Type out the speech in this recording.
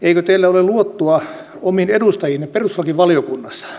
eikö teillä ole luottoa omiin edustajiinne perustuslakivaliokunnassa